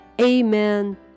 Amen